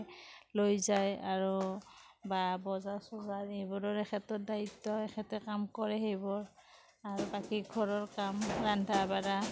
লৈ যায় বা বজাৰ চজাৰ এইবোৰৰ এখেতৰ দায়িত্ব এখেতে কাম কৰে সেইবোৰ আৰু বাকী ঘৰৰ কাম ৰান্ধা বাঢ়া